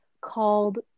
called